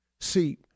See